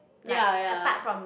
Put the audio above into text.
ya ya